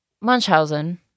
Munchausen